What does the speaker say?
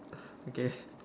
okay